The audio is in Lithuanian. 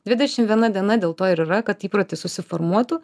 dvidešim viena diena dėl to ir yra kad įprotis susiformuotų